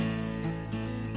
and